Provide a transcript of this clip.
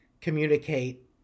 communicate